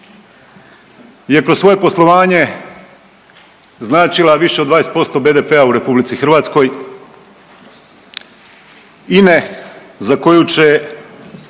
kroz svoje poslovanje značila više od 20% BDP-a u RH, INA-e za koju